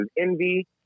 envy